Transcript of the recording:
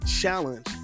challenge